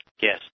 Yes